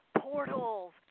portals